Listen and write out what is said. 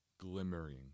glimmering